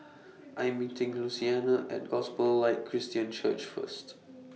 I'm meeting Luciana At Gospel Light Christian Church First